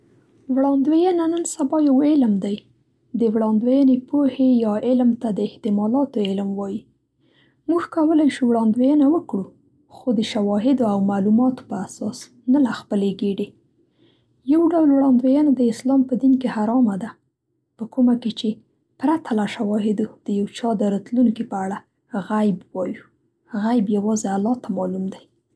وړاندوېینه نن سبا یو مهم علم دی. د وړاندوېینې پوهې یا علم ته د احتمالاتو علم وایي. موږ کولی شو وړاندوېینه وکړو، خو د شواهدو او معلوماتو په اساس نه له خپلې ګېډې. یو ډول وړاندوېینه د اسلام په دین کې حرامه ده، په کومه چې چې پرته له شواهدو د یو چا د راتلونکې په اړه غیب وایو. غیب یوازې الله ته معلوم دی.